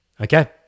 okay